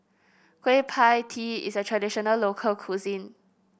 Kueh Pie Tee is a traditional local cuisine